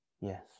Yes